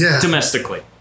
domestically